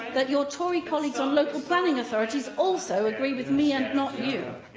that your tory colleagues on local planning authorities also agree with me and not you.